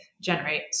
generate